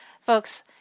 folks